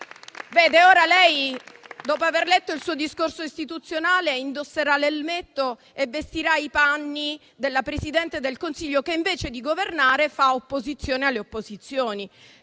da lì. Dopo aver letto il suo discorso istituzionale, ora lei indosserà l'elmetto e vestirà i panni della Presidente del Consiglio che, invece di governare, fa opposizione alle opposizioni.